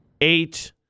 eight